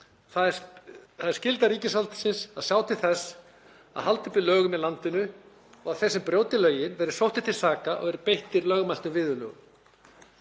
Það er skylda ríkisvaldsins að sjá til þess að halda uppi lögum í landinu og að þeir sem brjóta lögin séu sóttir til saka og beittir lögmæltum viðurlögum.